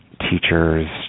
teachers